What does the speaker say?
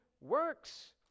works